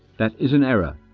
that is an error.